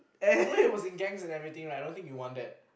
you know he was in gangs and everything right I don't think you want that